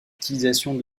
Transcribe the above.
utilisations